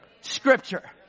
Scripture